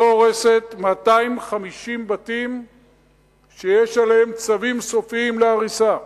לא הורסת 250 בתים שיש עליהם צווים סופיים להריסה,